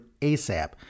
ASAP